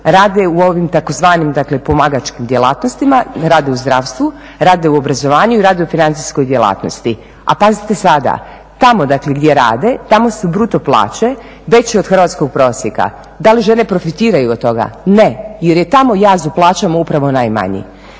Rade u ovim tzv. dakle pomagačkim djelatnostima, rade u zdravstvu, rade u obrazovanju i rade u financijskoj djelatnosti. A pazite sada, tamo dakle gdje rade, tamo su bruto plaće veće od hrvatskog prosjeka. Da li žene profitiraju od toga? Ne jer je tamo … plaća upravo najmanji.